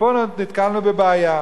ופה נתקלנו בבעיה.